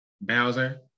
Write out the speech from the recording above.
Bowser